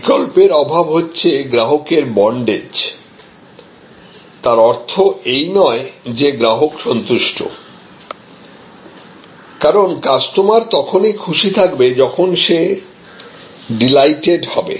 বিকল্পের অভাব হচ্ছে গ্রাহকের বন্ডেজ তার অর্থ এই নয় যে গ্রাহক সন্তুষ্ট কারণ কাস্টমার তখনই খুশি থাকবে যখন সে ডিলাইটেড হবে